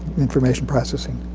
information processing.